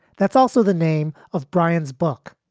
that's also the name of brian's book,